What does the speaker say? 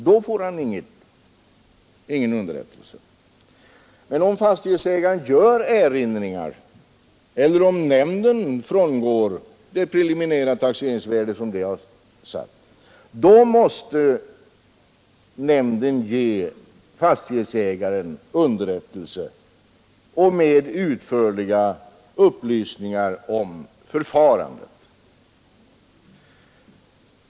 Om han däremot har gjort erinringar eller om nämnden har frångått det preliminärt satta taxeringsvärdet, då måste nämnden ge fastighetsägaren underrättelse med upplysningar om förfarandet.